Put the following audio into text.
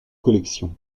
collection